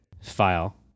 file